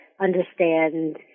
understand